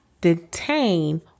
detain